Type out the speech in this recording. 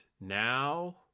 now